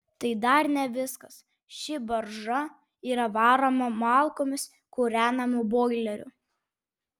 tai dar ne viskas ši barža yra varoma malkomis kūrenamu boileriu